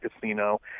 Casino